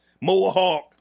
Mohawk